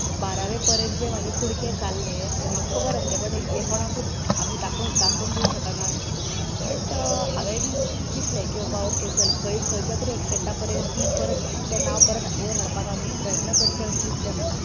बारावे पर्यन्त जे म्हजे कुडके जाल्ले हे म्हाका खबर आसले बट हे कोणाकूत आमी दाखोवन दाखोवन दिव शकनासली बट हांवेन चितले की बाबा ओके चल खंय खयच्या तरी एक्स्टन्डा पर्यन्त ती परत तेन्ना हांव परत वयर हाडपाक आमी प्रयत्न करचें अशें दिसले म्हाका